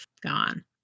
gone